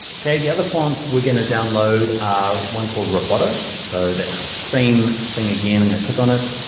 okay. the other fonts we're gonna download ah one called roboto. so that same thing again and i click on it.